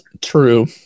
true